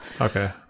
Okay